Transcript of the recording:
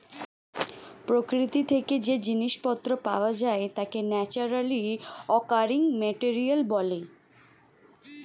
প্রকৃতি থেকে যেই জিনিস পত্র পাওয়া যায় তাকে ন্যাচারালি অকারিং মেটেরিয়াল বলে